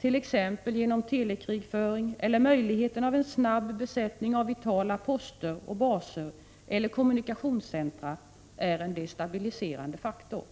t.ex. genom telekrigföring eller möjligheten av en snabb besättning av vitala poster och baser eller kommunikationscentra, är en destabiliserande faktor.